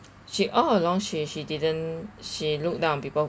she all along she she didn't she looked down on people